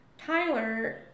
Tyler